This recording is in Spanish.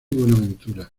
buenaventura